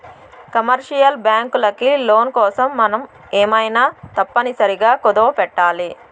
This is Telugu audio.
కమర్షియల్ బ్యాంకులకి లోన్ కోసం మనం ఏమైనా తప్పనిసరిగా కుదవపెట్టాలి